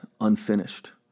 unfinished